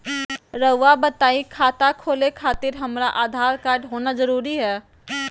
रउआ बताई खाता खोले खातिर हमरा आधार कार्ड होना जरूरी है?